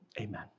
amen